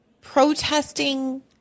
protesting